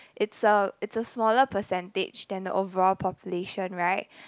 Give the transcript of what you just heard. it's a it's a smaller percentage than the overall population right